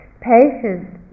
Patient